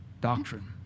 doctrine